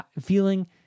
feeling